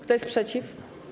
Kto jest przeciw?